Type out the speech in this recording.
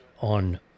on